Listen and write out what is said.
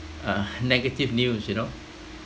uh negative news you know